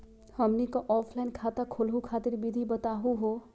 हमनी क ऑफलाइन खाता खोलहु खातिर विधि बताहु हो?